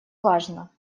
важно